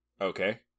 Okay